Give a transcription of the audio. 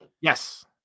Yes